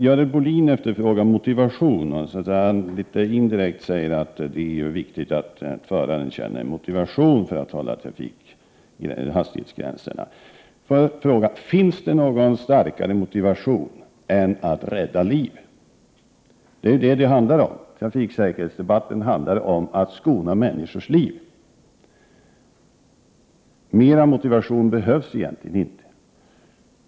Görel Bohlin efterfrågar motivation, dvs. hon säger litet indirekt att det är viktigt att föraren känner motivation för att hålla hastighetsgränserna. Finns det någon starkare motivation än att rädda liv? Det är vad detta handlar om. Trafiksäkerhetsdebatten handlar om att skona människors liv. Mera motivation behövs egentligen inte.